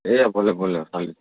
એ ભલે ભલે ભાઈ